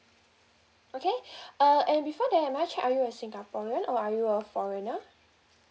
okay uh and before that may I check are you a singaporean or are you a foreigner